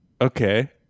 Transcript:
Okay